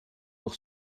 pour